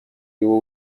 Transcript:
его